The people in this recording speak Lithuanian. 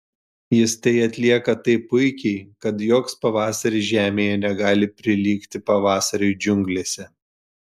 jis tai atlieka taip puikiai kad joks pavasaris žemėje negali prilygti pavasariui džiunglėse